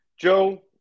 Joe